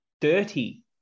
dirty